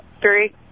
three